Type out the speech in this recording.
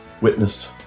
witnessed